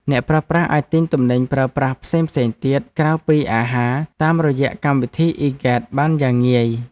អ្នកប្រើប្រាស់អាចទិញទំនិញប្រើប្រាស់ផ្សេងៗទៀតក្រៅពីអាហារតាមរយៈកម្មវិធីអ៊ីហ្គេតបានយ៉ាងងាយ។